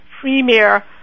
premier